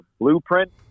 blueprint